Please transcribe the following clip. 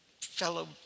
fellow